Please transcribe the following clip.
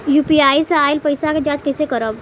UPI से आइल पईसा के जाँच कइसे करब?